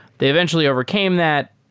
they eventually overcame that.